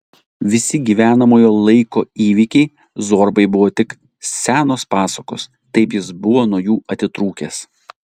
visi gyvenamojo laiko įvykiai zorbai buvo tik senos pasakos taip jis buvo nuo jų atitrūkęs